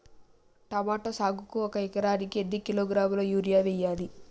Tomato సాగుకు ఒక ఎకరానికి ఎన్ని కిలోగ్రాముల యూరియా వెయ్యాలి?